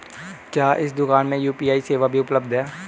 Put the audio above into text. क्या इस दूकान में यू.पी.आई सेवा भी उपलब्ध है?